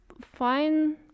fine